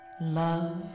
Love